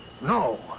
no